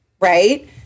right